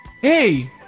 Hey